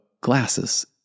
glasses